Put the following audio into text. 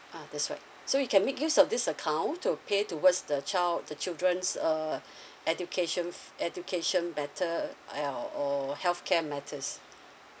ah that's right so you can make use of this account to pay towards the child the children's uh education f~ education matter uh ya or healthcare matters